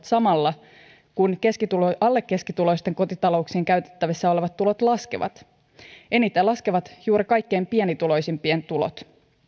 samalla kun alle keskituloisten kotitalouksien käytettävissä olevat tulot laskevat eniten laskevat juuri kaikkein pienituloisimpien tulot